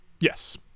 Yes